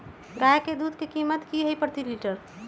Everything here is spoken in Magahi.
गाय के दूध के कीमत की हई प्रति लिटर?